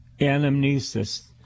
Anamnesis